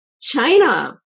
China